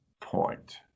point